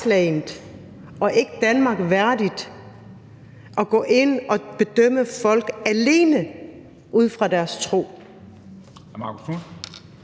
og ikke Danmark værdigt at gå ind og bedømme folk alene ud fra deres tro.